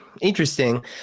interesting